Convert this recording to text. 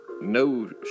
no